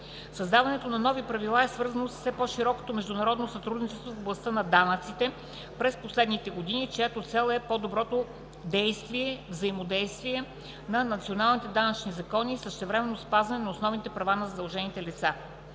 Създаването на нови правила е свързано с все по-широкото международно сътрудничество в областта на данъците през последните години, чиято цел е по-доброто действие и взаимодействие на националните данъчни закони и същевременно спазване на основните права на задължените лица.